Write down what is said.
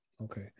Okay